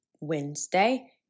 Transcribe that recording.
Wednesday